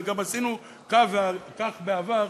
וגם עשינו כך בעבר,